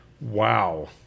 wow